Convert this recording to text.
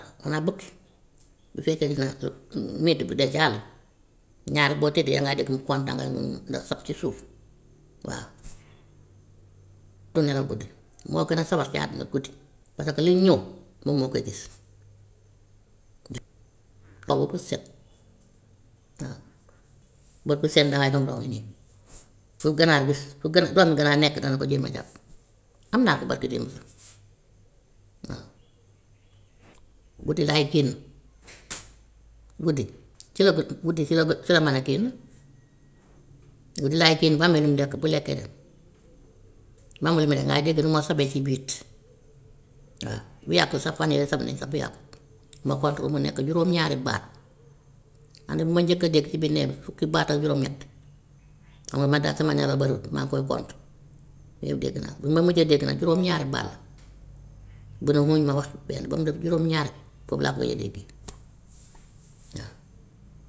Xanaa bëtt bu fekkee gis na médd bu dee si àll, ñaar boo tëddee dangaa dégg mu kontaan ndax sab ci suuf waa. Du nelaw guddi moo gën a sawar ci àdduna guddi parce que liy ñëw moom moo koy gis xaw ba bët set waa. Bët bu set danay dox ndox mi nii fu ganaar bu, fu ku am ganaar nekk dana ko jéem a jàpp. Am naa ko barki démb waaw. Guddi lay génn guddi ci la gu- guddi ci la bë- ci la mën a génn, guddi lay génn bu amee lu mu lekk bu lekkee, bu amul lu mu lekk ngay dégg nu moo sabee si bitti, waa. Bu yàggul sax fan yooyu sab nañ sax bu yàggut ma xool ko ba mu nekk juróom-ñaari baat, wante bi ma njëkkee dégg ci biir néeg bi fukki baat ak juróom-ñett, xam nga man tam sama nelaw bariwut maa ngi koy kont yooyu yëpp dégg naa ko, bu ma mujjee dégg nag juróom-ñaari baat la, bu ne xu ma wax benn ba mu def juróom-ñaar foofu laa ko gëj a déggee waa.